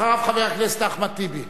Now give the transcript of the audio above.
חבר הכנסת אחמד טיבי.